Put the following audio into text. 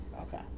Okay